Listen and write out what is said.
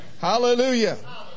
Hallelujah